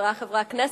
חברי חברי הכנסת,